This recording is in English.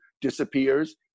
disappears